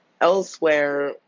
Elsewhere